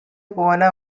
போன